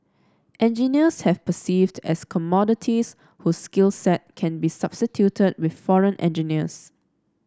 engineers have perceived as commodities whose skill set can be substituted with foreigner engineers